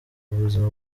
ubuzima